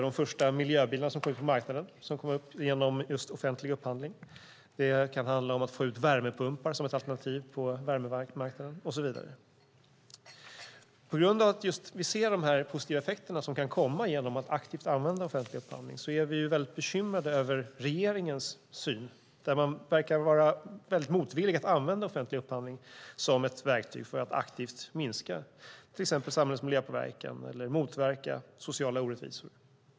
De första miljöbilarna som kom ut på marknaden kom ut genom just offentlig upphandling. Det kan handla om att få ut värmepumpar som ett alternativ på värmemarknaden och så vidare. På grund av att vi ser de positiva effekter som kan komma genom att aktivt använda offentlig upphandling är vi väldigt bekymrade över regeringens syn. Man verkar vara väldigt motvillig till att använda offentlig upphandling som ett verktyg för att aktivt minska till exempel samhällets miljöpåverkan eller motverka sociala orättvisor.